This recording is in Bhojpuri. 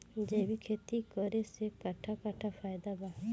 जैविक खेती करे से कट्ठा कट्ठा फायदा बा?